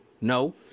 no